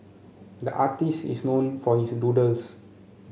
the artist is known for his doodles